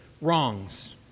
wrongs